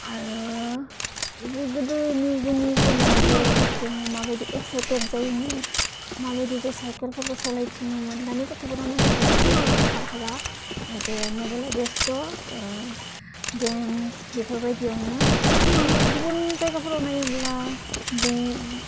आरो जों गोदोनि जोंनि समाव जे जोङो माबायदि एकसायतेट जायोमोन माबायदि जे साइखेलफोरखौ सलायथिङोमोन दानि गथ'फोरा साइखेलफोरखौबो थाब हाला जे मबाइलाव बेस्थ' गेमस बेफोरबायदियावनो गुबुन जायगाफ्राव नायोब्ला बे